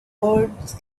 words